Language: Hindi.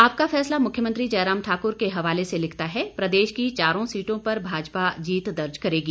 आपका फैसला मुख्यमंत्री जयराम ठाकुर के हवाले से लिखता है प्रदेश की चारों सीटों पर भाजपा जीत दर्ज करेगी